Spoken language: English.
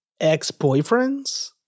ex-boyfriends